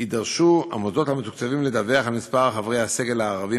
יידרשו המוסדות המתוקצבים לדווח על מספר חברי הסגל הערבים